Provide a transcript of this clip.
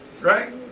Right